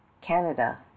Canada